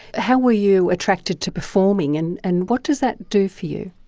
how were you attracted to performing and and what does that do for you?